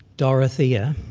dorothea,